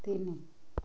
ତିନି